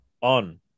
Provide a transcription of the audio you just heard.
on